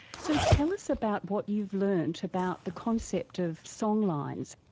so tell us about what you've learnt about the concept of songlines.